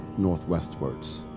northwestwards